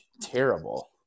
terrible